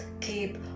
keep